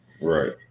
Right